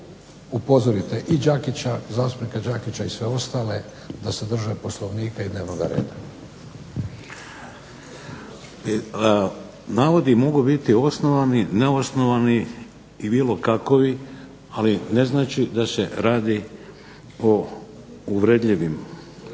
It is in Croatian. upozorite i Đakića, zastupnika Đakića i sve ostale da se drže Poslovnika i dnevnoga reda. **Šeks, Vladimir (HDZ)** Navodi mogu biti osnovani, neosnovani, i bilo kakovi, ali ne znači da se radi o uvredljivim. …/Upadica